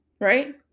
right